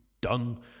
done